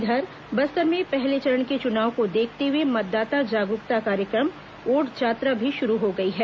इधर बस्तर में पहले चरण के चुनाव को देखते हुए मतदाता जागरूकता कार्यक्रम वोट जात्रा भी शुरू हो गई है